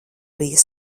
bija